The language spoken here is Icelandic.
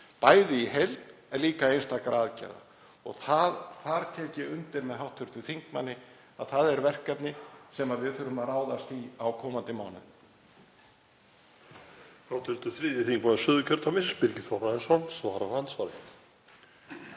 bæði í heild en líka einstakra aðgerða. Ég tek undir með hv. þingmanni að það er verkefni sem við þurfum að ráðast í á komandi mánuðum.